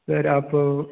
sir आप